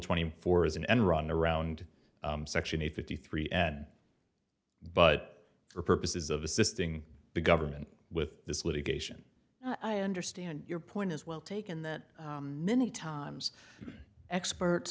twenty four as an end run around section eight fifty three ad but for purposes of assisting the government with this litigation i understand your point is well taken that many times experts